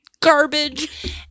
garbage